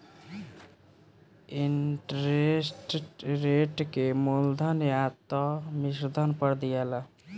interest rate के मूलधन या त मिश्रधन पर दियाला